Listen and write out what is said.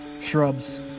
Shrubs